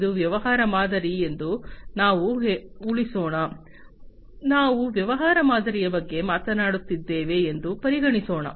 ಇದು ವ್ಯವಹಾರ ಮಾದರಿ ಎಂದು ನಾವು ಉಳಿಸೋಣ ನಾವು ವ್ಯವಹಾರ ಮಾದರಿಯ ಬಗ್ಗೆ ಮಾತನಾಡುತ್ತಿದ್ದೇವೆ ಎಂದು ಪರಿಗಣಿಸೋಣ